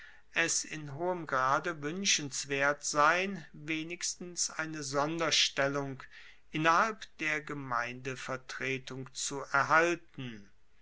es in hohem grade wuenschenswert sein wenigstens eine sonderstellung innerhalb der gemeindevertretung zu erhalten